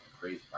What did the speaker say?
crazy